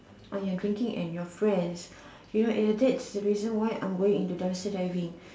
on your drinking and your friends you know that's the reason why I'm going into dumpster diving